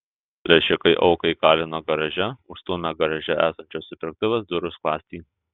plėšikai auką įkalino garaže užstūmę garaže esančios supirktuvės durų skląstį